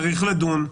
צריך לדון,